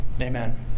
amen